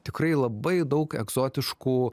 tikrai labai daug egzotiškų